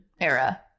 era